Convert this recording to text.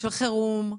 של חירום.